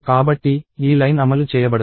కాబట్టి ఈ లైన్ అమలు చేయబడదు